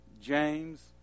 James